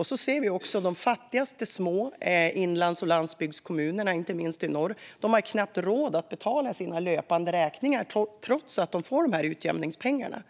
Vi ser också att de fattigaste små inlands och landsbygdskommunerna, inte minst i norr, knappt har råd att betala sina löpande räkningar trots att de får dessa utjämningspengar.